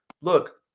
look